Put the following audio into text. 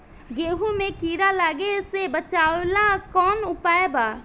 गेहूँ मे कीड़ा लागे से बचावेला कौन उपाय बा?